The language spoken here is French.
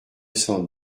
cent